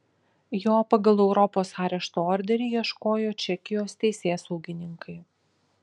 jo pagal europos arešto orderį ieškojo čekijos teisėsaugininkai